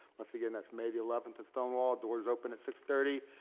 once again, that's may the eleventh at stonewall. doors open at six thirty.